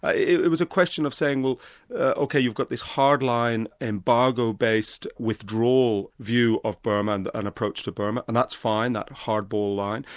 it was a question of saying well ok, you've got this hardline embargo-based withdrawal view of burma and and approach to burma, and that's fine, that hardball line.